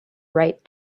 right